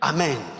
Amen